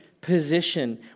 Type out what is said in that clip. position